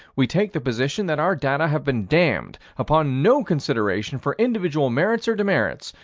we take the position that our data have been damned, upon no consideration for individual merits or demerits,